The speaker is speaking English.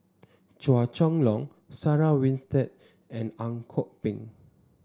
Chua Chong Long Sarah Winstedt and Ang Kok Peng